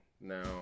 Now